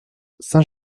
saint